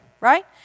right